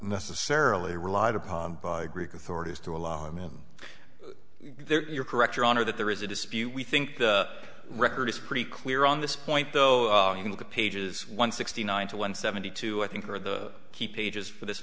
necessarily relied upon by greek authorities to allow him in there you're correct your honor that there is a dispute we think the record is pretty clear on this point though you can look at pages one sixty nine to one seventy two i think are the key pages for this